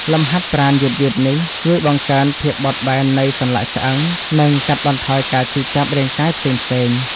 លំហាត់ប្រាណយឺតៗនេះ ជួយបង្កើនភាពបត់បែននៃសន្លាក់ឆ្អឹង និងកាត់បន្ថយការឈឺចាប់រាងកាយផ្សេងៗ។